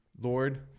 lord